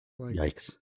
yikes